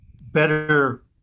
better